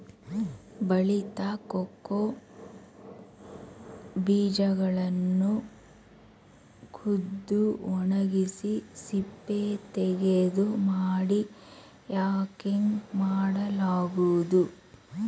ಬಲಿತ ಕೋಕೋ ಬೀಜಗಳನ್ನು ಕುಯ್ದು ಒಣಗಿಸಿ ಸಿಪ್ಪೆತೆಗೆದು ಮಾಡಿ ಯಾಕಿಂಗ್ ಮಾಡಲಾಗುವುದು